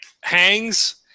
hangs